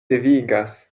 devigas